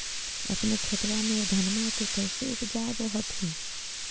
अपने खेतबा मे धन्मा के कैसे उपजाब हखिन?